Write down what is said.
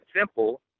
simple